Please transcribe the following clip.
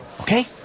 Okay